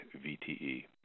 VTE